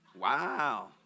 Wow